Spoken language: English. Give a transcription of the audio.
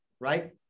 right